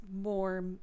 more